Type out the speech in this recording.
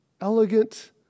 elegant